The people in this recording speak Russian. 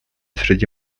среди